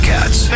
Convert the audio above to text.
Cats